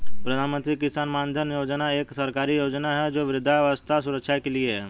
प्रधानमंत्री किसान मानधन योजना एक सरकारी योजना है जो वृद्धावस्था सुरक्षा के लिए है